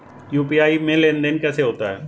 UPI में लेनदेन कैसे होता है?